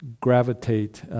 gravitate